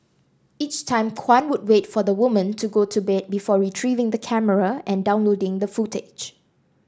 each time Kwan would wait for the woman to go to bed before retrieving the camera and downloading the footage